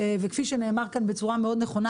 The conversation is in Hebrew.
וכפי שנאמר כאן בצורה מאוד נכונה,